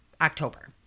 October